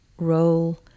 Role